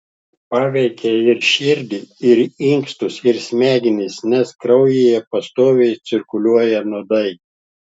paveikia ir širdį ir inkstus ir smegenis nes kraujyje pastoviai cirkuliuoja nuodai